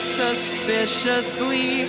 suspiciously